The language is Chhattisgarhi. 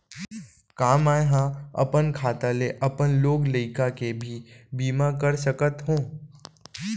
का मैं ह अपन खाता ले अपन लोग लइका के भी बीमा कर सकत हो